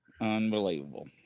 Unbelievable